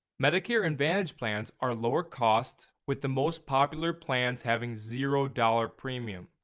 medicare advantage plans are lower cost with the most popular plans having zero dollar premium.